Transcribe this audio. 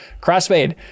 crossfade